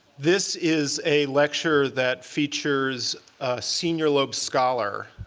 this is a lecture that features a senior loeb scholar.